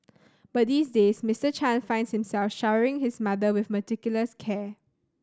but these days Mister Chan finds himself showering his mother with meticulous care